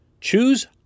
Choose